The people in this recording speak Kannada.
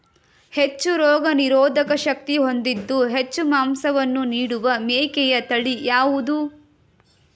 ಹೆಚ್ಚು ರೋಗನಿರೋಧಕ ಶಕ್ತಿ ಹೊಂದಿದ್ದು ಹೆಚ್ಚು ಮಾಂಸವನ್ನು ನೀಡುವ ಮೇಕೆಯ ತಳಿ ಯಾವುದು?